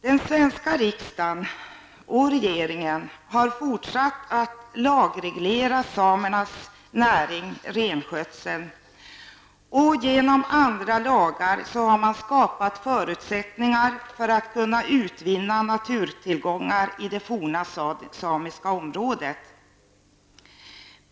Den svenska riksdagen och regeringen har fortsatt att lagreglera samernas näring -- renskötseln -- och genom andra lagar skapat förutsättningar för att kunna utvinna naturtillgångarna i det forna samiska området.